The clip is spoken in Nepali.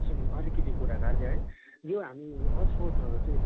सुन्नु अलिकति कुरा काट्दै है यो हामी अक्सपोटहरू चाहिँ